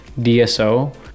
DSO